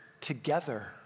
together